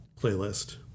playlist